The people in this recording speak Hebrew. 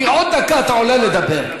כי עוד דקה אתה עולה לדבר,